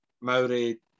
Maori